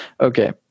Okay